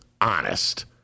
honest